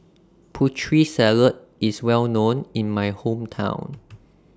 Putri Salad IS Well known in My Hometown